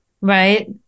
right